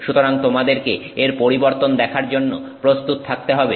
সুতরাং তোমাদেরকে এর পরিবর্তন দেখার জন্য প্রস্তুত থাকতে হবে